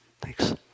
thanks